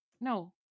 No